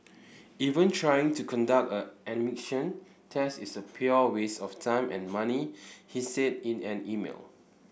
even trying to conduct a an emission test is a pure waste of time and money he said in an email